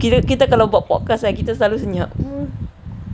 kita kita kalau buat podcast kan kita selalu senyap